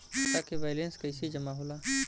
खाता के वैंलेस कइसे जमा होला?